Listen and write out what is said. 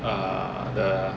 err the